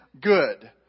good